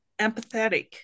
empathetic